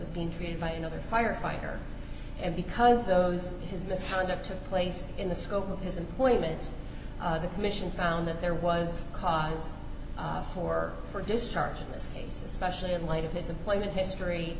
was being treated by another firefighter and because those his misconduct took place in the scope of his employment the commission found that there was cause for for discharge in this case especially in light of his employment history